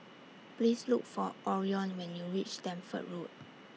Please Look For Orion when YOU REACH Stamford Road